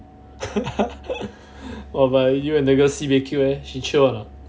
!wah! but you and the girl sibeh cute eh she chio or not